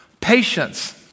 Patience